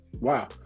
wow